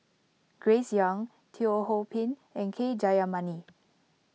Grace Young Teo Ho Pin and K Jayamani